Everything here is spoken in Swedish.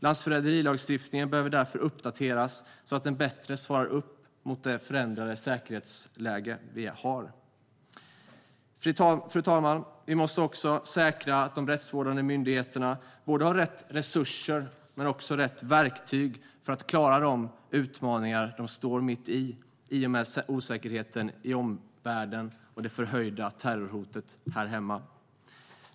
Landsförräderilagstiftningen behöver uppdateras så att den bättre svarar upp mot det förändrade säkerhetsläget. Fru talman! Vi måste också säkra att de rättsvårdande myndigheterna både har rätt resurser och rätt verktyg för att klara de utmaningar de står mitt i med osäkerheten i omvärlden och det förhöjda terrorhotet här hemma.